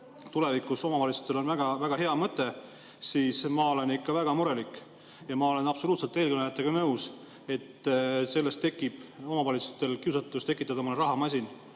tulevikus väga hea mõte, siis ma olen ikka väga murelik. Ma olen absoluutselt eelkõnelejatega nõus, et sellest tekib omavalitsustel kiusatus tekitada omale rahamasin